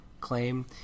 claim